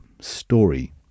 story